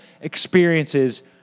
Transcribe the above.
experiences